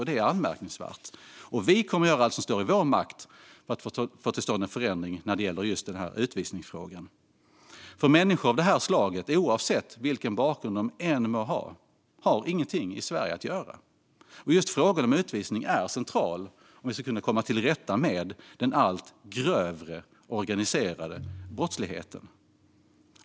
Detta är anmärkningsvärt, och vi kommer att göra allt som står i vår makt för att få till stånd en förändring i utvisningsfrågan. Människor av det här slaget, oavsett bakgrund, har ingenting i Sverige att göra. Just frågan om utvisning är central om vi ska kunna komma till rätta med den allt grövre organiserade brottsligheten.